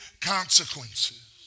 consequences